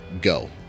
go